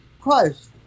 christ